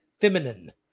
feminine